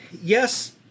yes